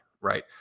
right